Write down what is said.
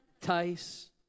Tice